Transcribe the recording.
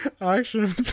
Action